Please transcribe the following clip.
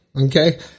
Okay